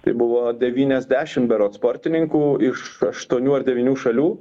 tai buvo devyniasdešim berods sportininkų iš aštuonių ar devynių šalių